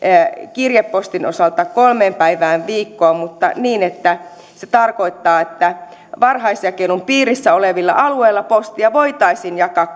kirjepostin osalta kolmeen päivään viikossa mutta niin että se tarkoittaa sitä että varhaisjakelun piirissä olevilla alueilla postia voitaisiin jakaa